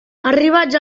arribats